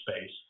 space